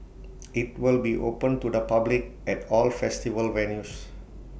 IT will be open to the public at all festival venues